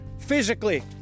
Physically